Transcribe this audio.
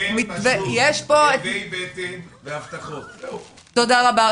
תודה רבה.